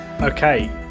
Okay